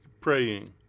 Praying